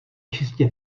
čistě